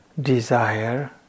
desire